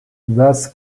thus